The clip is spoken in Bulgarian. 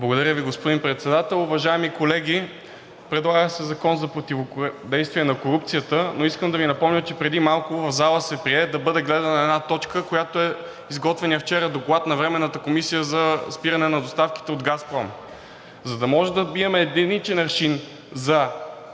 Благодаря Ви, господин Председател. Уважаеми колеги, предлага се Закон за противодействие на корупцията, но искам да Ви напомня, че преди малко в залата се прие да бъде гледана една точка, която е изготвеният вчера Доклад на Временната комисия за спиране на доставките от „Газпром“. За да може да имаме един аршин за